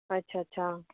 अच्छा अच्छा